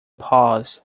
pause